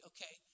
Okay